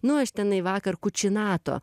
nu aš tenai vakar kučinato